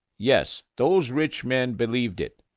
yes, those rich men believed it.